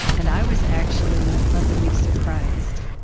and i was actually pleasantly surprised.